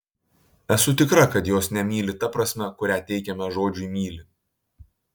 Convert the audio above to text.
esu tikra kad jos nemyli ta prasme kurią teikiame žodžiui myli